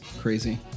crazy